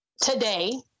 today